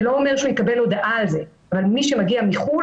זה לא אומר שהוא יקבל הודעה על כך אבל מי שמגיע מחוץ לארץ,